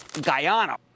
Guyana